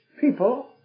people